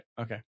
Okay